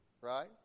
right